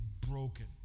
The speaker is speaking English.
broken